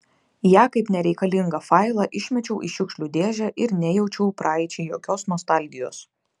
ją kaip nereikalingą failą išmečiau į šiukšlių dėžę ir nejaučiau praeičiai jokios nostalgijos